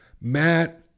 Matt